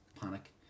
panic